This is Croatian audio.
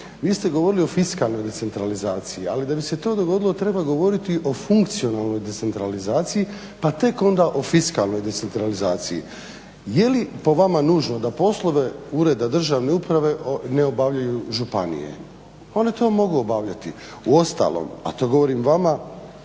vi ste govorili o fiskalnoj decentralizaciji, ali da bi se to dogodilo treba govoriti o funkcionalnoj decentralizaciji pa tek onda o fiskalnoj decentralizaciji. Je li po vama nužno da poslove ureda državne uprave ne obavljaju županije? Oni to mogu obavljati, uostalom, a to govorim vama,